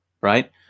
right